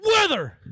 Weather